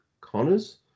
Connors